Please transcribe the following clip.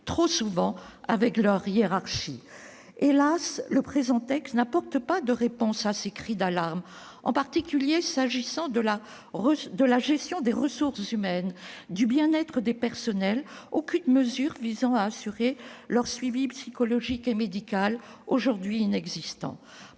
trop souvent avec leur hiérarchie. Hélas ! le présent texte n'apporte pas de réponse à ces cris d'alarme, notamment en ce qui concerne la gestion des ressources humaines et le bien-être des personnels : aucune mesure visant à assurer le suivi psychologique et médical, aujourd'hui inexistant,